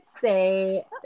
say